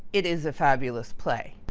it is a fabulous play.